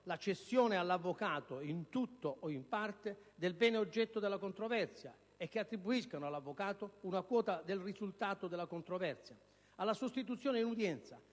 la cessione all'avvocato, in tutto o in parte, del bene oggetto della controversia o che attribuiscano all'avvocato una quota del risultato della controversia; alla sostituzione in udienza;